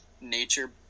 nature